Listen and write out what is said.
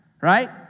right